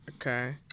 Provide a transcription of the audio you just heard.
Okay